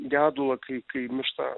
gedulą kai kai miršta